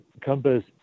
compass